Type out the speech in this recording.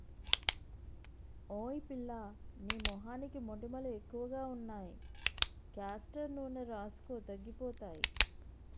ఓయ్ పిల్లా నీ మొహానికి మొటిమలు ఎక్కువగా ఉన్నాయి కాస్టర్ నూనె రాసుకో తగ్గిపోతాయి